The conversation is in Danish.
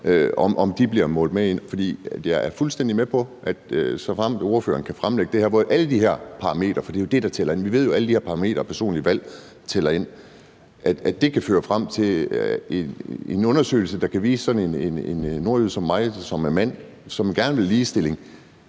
der bliver målt med? Jeg er fuldstændig med på det, såfremt ordføreren kan fremlægge det her med alle de her parametre, for det er jo det, der tæller. Vi ved, at alle de her parametre og personlige valg tæller med. Kan det føre frem til en undersøgelse, der kan vise sådan en nordjyde som mig, som er mand og gerne vil ligestilling,